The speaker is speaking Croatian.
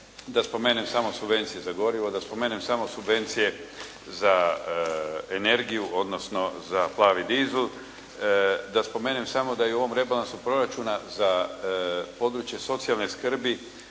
da spomenem samo subvencije za gorivo, da spomenem samo subvencije za energiju, odnosno za plavi dizel. Da spomenem samo da i u ovom rebalansu proračuna za područje socijalne skrbi